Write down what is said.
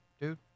Dude